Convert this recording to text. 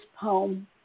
poem